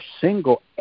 single